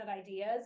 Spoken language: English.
ideas